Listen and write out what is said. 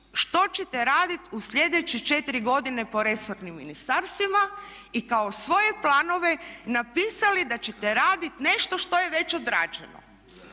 što ćete raditi u sljedeće 4 godine po resornim ministarstvima i kao svoje planove napisali da ćete raditi nešto što je već odrađeno.